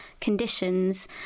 conditions